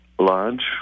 Lodge